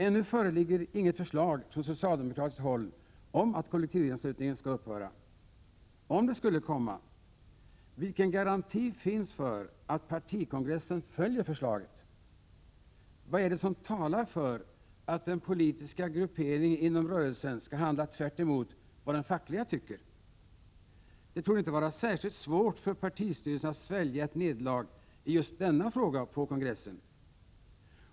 Ännu föreligger inget förslag från socialdemokratiskt håll om att kollektivanslutningen skall upphöra. Om det skulle komma, vilken garanti finns då för att partikongressen följer förslaget? Vad är det som talar för att den politiska grupperingen inom rörelsen skall handla tvärt emot vad den fackliga tycker? Det torde inte vara särskilt svårt för partistyrelsen att svälja ett nederlag i just denna fråga på kongressen.